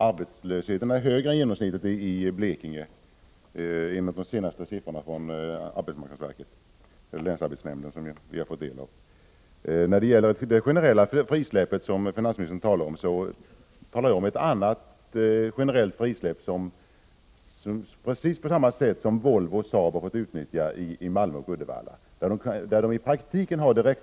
Herr talman! Arbetslösheten i Blekinge ligger högre än landets genomsnitt enligt de senaste siffrorna från länsarbetsnämnden. När det gäller det generella frisläpp som finansministern nämnde vill jag säga att jag talade om ett annat generellt frisläpp, nämligen precis på samma sätt som det som Volvo och Saab har fått utnyttja i Malmö och Uddevalla. I praktiken gör man direktavdrag på löpande vinster.